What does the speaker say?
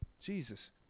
Jesus